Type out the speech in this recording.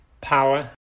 power